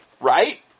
right